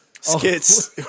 skits